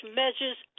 measures